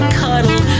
cuddle